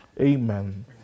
Amen